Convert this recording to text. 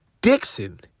Dixon